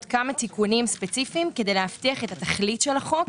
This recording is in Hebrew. כמה תיקונים ספציפיים כדי להבטיח את התכלית של החוק.